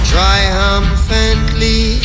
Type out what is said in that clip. Triumphantly